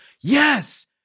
yes